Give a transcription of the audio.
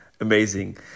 Amazing